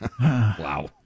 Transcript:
Wow